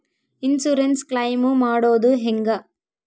Insurance claim ಮಾಡೋದು ಹೆಂಗ?